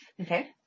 okay